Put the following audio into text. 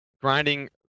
grinding